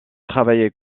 travaillé